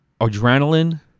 adrenaline